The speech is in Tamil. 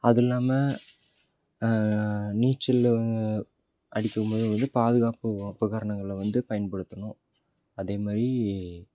அது இல்லாமல் நீச்சல் அடிக்கும் போது வந்து பாதுகாப்பு உபகரணங்களை வந்து பயன்படுத்தணும் அதே மாதிரி